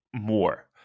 more